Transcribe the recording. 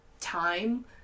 time